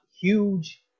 huge